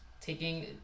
taking